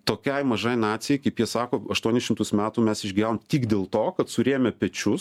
tokiai mažai nacijai kaip jie sako aštuonis šimtus metų mes išgyvenom tik dėl to kad surėmę pečius